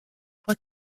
quoi